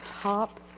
top